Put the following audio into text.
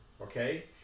Okay